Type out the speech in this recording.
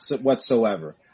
whatsoever